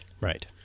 Right